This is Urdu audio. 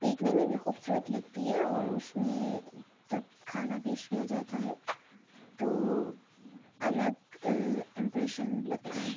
دیکھنے میں بھی خوبصورت لگتی ہے اور اس میں جب کھانا پیش کیا جاتا ہے تو الگ امپریشن لگتا ہے